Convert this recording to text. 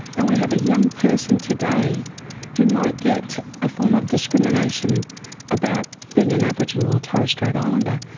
and we have a young person today who might get a form of discrimination about being an aboriginal or torres strait islander,